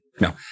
No